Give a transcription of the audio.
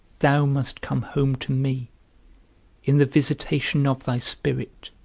thou must come home to me in the visitation of thy spirit,